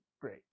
great